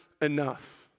enough